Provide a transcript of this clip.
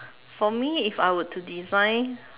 for me if I were to design